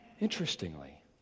Interestingly